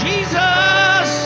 Jesus